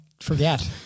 forget